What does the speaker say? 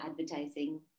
advertising